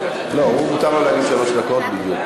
הוא, מותר לו להגיב במשך שלוש דקות בדיוק.